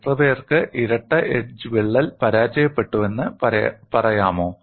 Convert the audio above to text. എത്ര പേർക്ക് ഇരട്ട എഡ്ജ് വിള്ളൽ പരാജയപ്പെട്ടുവെന്ന് പറയാമോ